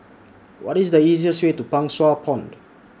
What IS The easiest Way to Pang Sua Pond